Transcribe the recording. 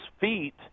feet